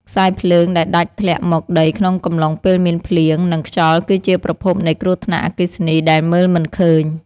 ខ្សែភ្លើងដែលដាច់ធ្លាក់មកដីក្នុងកំឡុងពេលមានភ្លៀង និង ខ្យល់គឺជាប្រភពនៃគ្រោះថ្នាក់អគ្គិសនីដែលមើលមិនឃើញ។